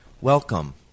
Welcome